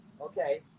okay